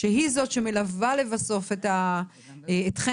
שהיא זאת שמלווה לבסוף אתכן,